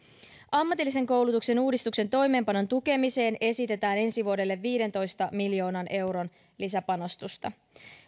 ammatillisen koulutuksen uudistuksen toimeenpanon tukemiseen esitetään ensi vuodelle viidentoista miljoonan euron lisäpanostusta